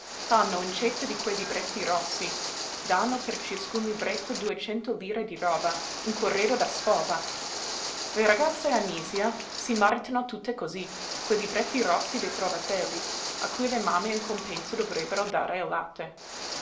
fanno incetta di quei libretti rossi dànno per ciascun libretto duecento lire di roba un corredo da sposa le ragazze a nisia si maritano tutte cosí coi libretti rossi dei trovatelli a cui le mamme in compenso dovrebbero dare